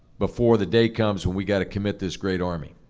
before the day comes when we've got to commit this great army.